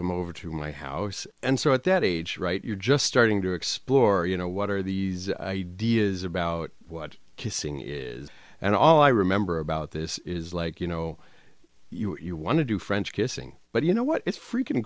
come over to my house and so at that age right you're just starting to explore you know what are these ideas about what kissing is and all i remember about this is like you know you're one of two french kissing but you know what it's freakin